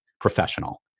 professional